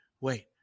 wait